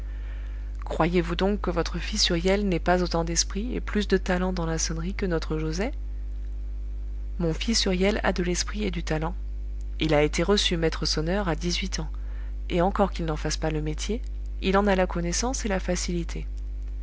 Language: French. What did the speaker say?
croyez-vous donc que votre fils huriel n'ait pas autant d'esprit et plus de talent dans la sonnerie que notre joset mon fils huriel a de l'esprit et du talent il a été reçu maître sonneur à dix-huit ans et encore qu'il n'en fasse pas le métier il en a la connaissance et la facilité